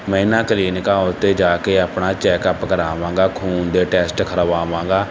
ਮੈਂ ਇਹਨਾਂ ਕਲੀਨਿਕਾਂ ਉਤੇ ਜਾ ਕੇ ਆਪਣਾ ਚੈੱਕਅਪ ਕਰਾਵਾਂਗਾ ਖੂਨ ਦੇ ਟੈਸਟ ਕਰਵਾਵਾਂਗਾ